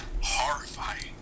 Horrifying